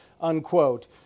unquote